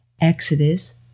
Exodus